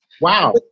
Wow